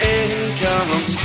income